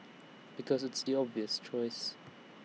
because it's obvious choice